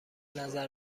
نظر